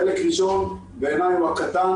חלק ראשון, בעיני הוא הקטן,